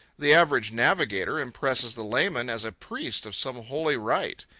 the average navigator impresses the layman as a priest of some holy rite.